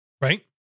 right